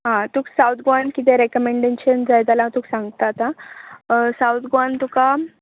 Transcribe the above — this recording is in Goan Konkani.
आं तुका सावथ गोवान किदें रेकमेंडेशन जाय जाल्यार हांव तुका सांगता आतां साउथ गोवान तुका